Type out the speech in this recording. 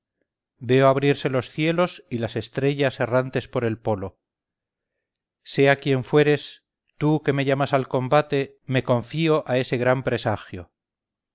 veo abrirse los cielos y las estrellas errantes por el polo sea quien fueres tú que me llamas al combate me confío a ese gran presagio